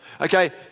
Okay